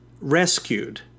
rescued